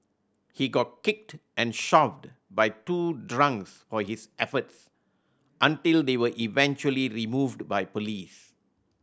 he got kicked and shoved by two drunks for his efforts until they were eventually removed by police